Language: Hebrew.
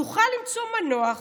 יוכל למצוא מנוח